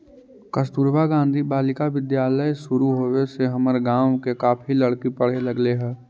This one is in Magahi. कस्तूरबा गांधी बालिका विद्यालय शुरू होवे से हमर गाँव के काफी लड़की पढ़े लगले हइ